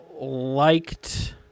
liked